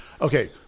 Okay